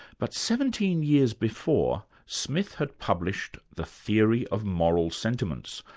but seventeen years before, smith had published the theory of moral sentiments,